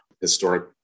historic